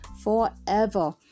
forever